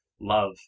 love